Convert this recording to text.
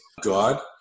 God